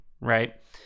right